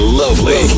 lovely